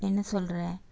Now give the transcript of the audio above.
என்ன சொல்கிற